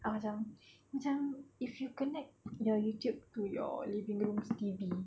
ah macam macam if you connect your YouTube to your living room's T_V